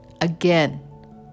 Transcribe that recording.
again